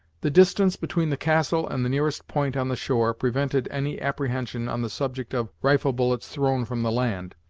the distance between the castle and the nearest point on the shore, prevented any apprehension on the subject of rifle-bullets thrown from the land.